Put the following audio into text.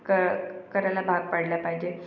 क करायला भाग पाडला पाहिजे